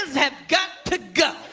have got to go.